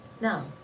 no